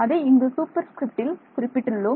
அதை இங்கு சூப்பர்ஸ்கிரிப்டில் குறிப்பிட்டுள்ளோம்